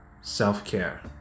self-care